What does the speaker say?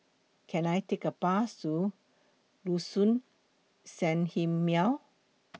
Can I Take A Bus to Sanhemiao